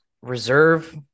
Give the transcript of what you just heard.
reserve